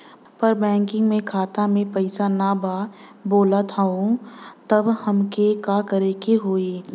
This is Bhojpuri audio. पर बैंक मे खाता मे पयीसा ना बा बोलत हउँव तब हमके का करे के होहीं?